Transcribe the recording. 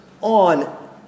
on